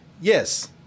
yes